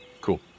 Cool